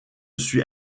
suis